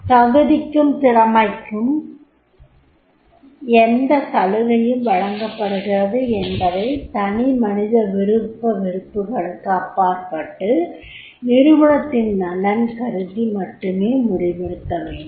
தகுதிக்கும் திறமைக்குமே எந்த சலுகையும் வழங்கப்படுகிறது என்பதை தனிமனித விருப்பு வெறுப்புகளுக்கு அப்பாற்பட்டு நிறுவனத்தின் நலன் கருதி மட்டுமே முடிவெடுக்கவேண்டும்